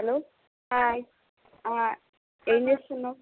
hello hi ఏం చేస్తున్నావ్